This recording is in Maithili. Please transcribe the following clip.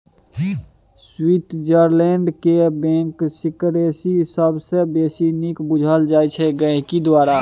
स्विटजरलैंड केर बैंक सिकरेसी सबसँ बेसी नीक बुझल जाइ छै गांहिकी द्वारा